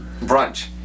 Brunch